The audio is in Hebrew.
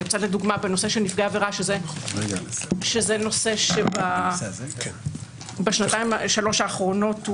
למשל: בנושא של נפגעי עבירה, שנמצא בתחום אחריותי